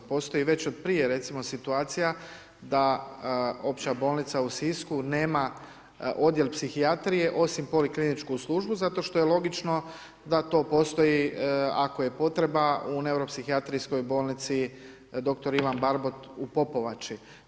Postoji već od prije recimo situacija da Opća bolnica u Sisku nema odjel psihijatrije osim polikliničku službu zato što je logično da to postoji ako je potreba u neuropsihijatrijskoj bolnici dr. Ivan Barbot u Popovači.